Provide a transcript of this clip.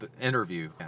interview